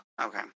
Okay